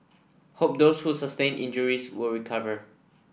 hope those who sustained injuries will recover